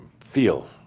feel